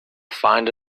find